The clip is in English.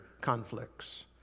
conflicts